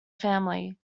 family